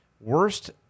worst